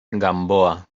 gamboa